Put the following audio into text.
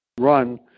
run